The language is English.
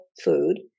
food